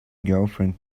girlfriend